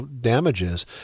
Damages